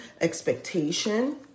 expectation